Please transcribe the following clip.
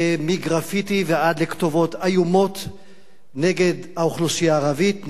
מגרפיטי ועד לכתובות איומות נגד האוכלוסייה הערבית,